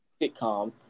sitcom